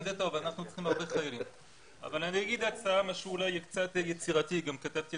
ואני לא בטוח שטוב לתת לאנשים את הסיוע